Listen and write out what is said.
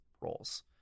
roles